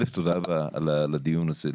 תודה רבה על הדיון הזה.